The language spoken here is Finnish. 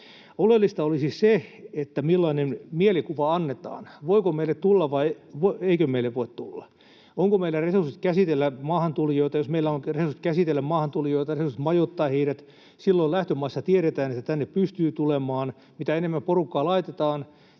Oleellista olisi se, millainen mielikuva annetaan: voiko meille tulla, vai eikö meille voi tulla. Onko meillä resurssit käsitellä maahantulijoita, jos meillä on resurssit käsitellä maahantulijoita, resurssit majoittaa heidät? Silloin lähtömaissa tiedetään, että tänne pystyy tulemaan. Mitä enemmän porukkaa laitetaan,